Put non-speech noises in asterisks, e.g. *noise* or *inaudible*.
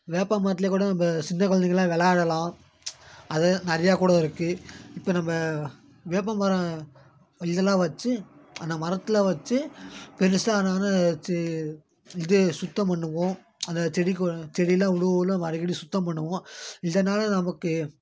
வேப்பமரத்தில் கூட நம்ம சின்ன குழந்தைகளை விளைடலாம் அது நிறையா கூட இருக்குது இப்போ நம்ம வேப்ப மரம் இதெல்லாம் வச்சு அந்த மரத்தில் வச்சு பெருசாக *unintelligible* வச்சி இது சுத்தம் பண்ணுவோம் அந்தச் செடி கொ செடிலாம் விழும் இல்லை நம்ம அடிக்கடி சுத்தம் பண்ணுவோம் இதனால் நமக்கு